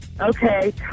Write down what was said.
Okay